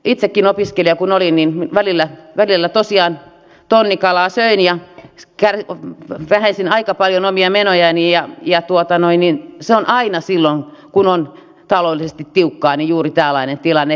itsekin opiskelija kun olin välillä tosiaan tonnikalaa söin ja vähensin aika paljon omia menojani ja se on aina silloin kun on taloudellisesti tiukkaa juuri tällainen tilanne